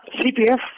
CPF